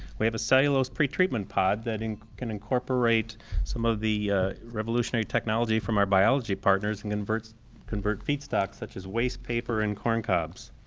we have a cellulosic pretreatment pod that and can incorporate some of the revolutionary technology from our biology partners and can convert feedstock such as waste paper and corncobs.